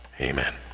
Amen